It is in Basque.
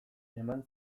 eman